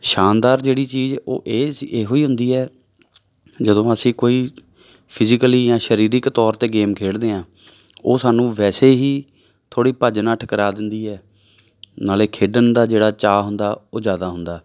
ਸ਼ਾਨਦਾਰ ਜਿਹੜੀ ਚੀਜ਼ ਉਹ ਇਹ ਸੀ ਇਹੋ ਹੀ ਹੁੰਦੀ ਹੈ ਜਦੋਂ ਅਸੀਂ ਕੋਈ ਫਿਜੀਕਲੀ ਜਾਂ ਸਰੀਰਿਕ ਤੌਰ 'ਤੇ ਗੇਮ ਖੇਡਦੇ ਹਾਂ ਉਹ ਸਾਨੂੰ ਵੈਸੇ ਹੀ ਥੋੜ੍ਹੀ ਭੱਜ ਨੱਠ ਕਰਾ ਦਿੰਦੀ ਹੈ ਨਾਲ਼ੇ ਖੇਡਣ ਦਾ ਜਿਹੜਾ ਚਾਅ ਹੁੰਦਾ ਉਹ ਜ਼ਿਆਦਾ ਹੁੰਦਾ